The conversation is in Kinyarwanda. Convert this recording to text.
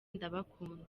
ndabakunda